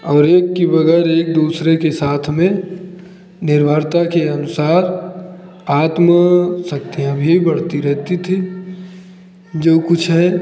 और एक की बजाय एक दूसरे के साथ में निर्भरता के अनुसार आत्मशक्तियाँ भी बढ़ती रहती थी जो कुछ है